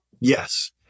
yes